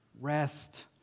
Rest